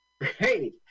Hey